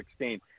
2016